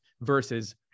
versus